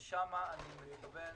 שם אני מתכוון